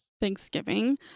thanksgiving